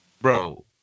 bro